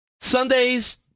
Sundays